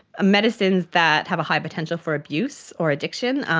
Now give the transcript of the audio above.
medicines that have a high potential for abuse or addiction,